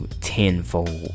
tenfold